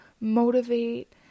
motivate